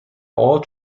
all